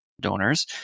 donors